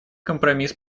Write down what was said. компромисс